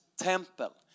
temple